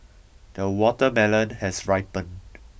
the watermelon has ripened